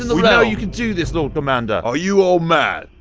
and we know you can do this, lord commander! are you all mad?